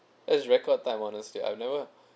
that's record time honestly I've never